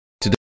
today